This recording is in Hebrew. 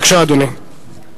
בבקשה, אדוני.